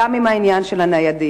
גם עם העניין של הניידים.